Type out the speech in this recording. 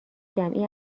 جمعی